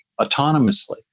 autonomously